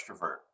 extrovert